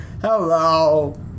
Hello